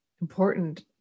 important